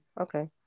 Okay